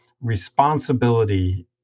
responsibility